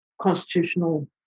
constitutional